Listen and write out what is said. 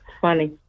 Funny